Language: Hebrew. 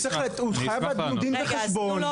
הוא חייב לנו דין וחשבון.